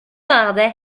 gardé